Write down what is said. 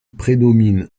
prédomine